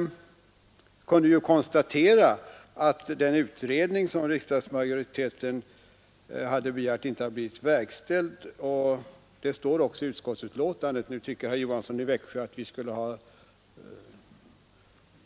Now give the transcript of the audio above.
Vi kan konstatera att den utredning som riksdagsmajoriteten begärt inte har blivit verkställd, och det sägs också i utskottsbetänkandet. Nu tycker herr Johansson i Växjö att vi skulle ha